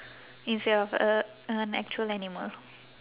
instead of a an actual animal